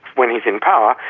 when he's in power,